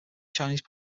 chinese